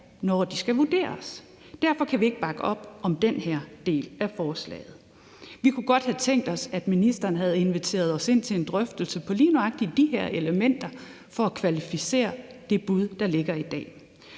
når de skal vurderes. Derfor kan vi ikke bakke op om den her del af forslaget. Vi kunne godt have tænkt os, at ministeren havde inviteret os ind til drøftelse af lige nøjagtig de her elementer for at kvalificere det bud, der ligger i dag.